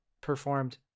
performed